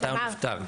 מתי הוא נפטר?